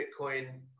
bitcoin